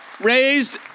Raised